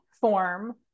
form